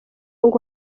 ngo